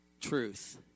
truth